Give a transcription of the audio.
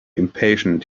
impatient